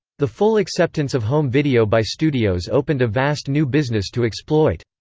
the full acceptance of home video by studios opened a vast new business to exploit.